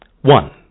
One